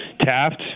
Taft